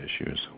issues